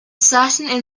certain